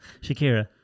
Shakira